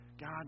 God